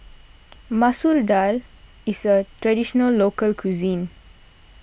Masoor Dal is a Traditional Local Cuisine